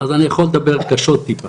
אז אני יכול לדבר קשות טיפה.